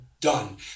done